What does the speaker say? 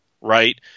right